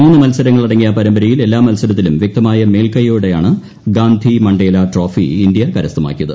മൂന്നു മത്സരങ്ങളടങ്ങിയ പരമ്പരയിൽ എല്ലാ മത്സരത്തിലും വ്യക്തമായ മേൽക്കൈയോടെയാണ് ഗാന്ധിമണ്ഡേല ട്രോഫി ഇന്ത്യ കരസ്ഥമാക്കിയത്